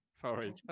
Sorry